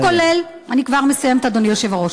לא כולל, אני כבר מסיימת, אדוני היושב-ראש,